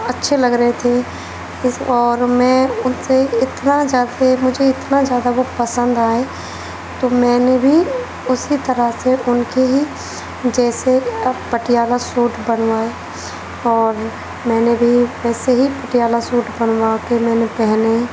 اچھے لگ رہے تھے اِس اور میں ان سے اتنا زیادہ مجھے اتنا زیادہ وہ پسند آئیں تو میں نے بھی اسی طرح سے ان کے ہی جیسے پٹیالہ سوٹ بنوائے اور میں نے بھی ویسے ہی پٹیالہ سوٹ بنوا کے میں نے پہنے